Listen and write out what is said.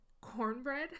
cornbread